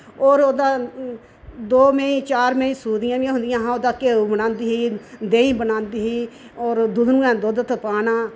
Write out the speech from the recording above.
ओर ओह्दा दो मैहीं चार मैहीं सूदियां हा ओह्दा घ्यो बनादी ही ओह्दा देही बनादी ही और दुधनु दूध तपाना